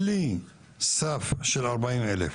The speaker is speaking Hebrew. בלי סף של 40 אלף